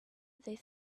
they